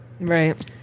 Right